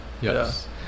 yes